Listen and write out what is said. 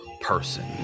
person